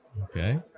Okay